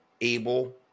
able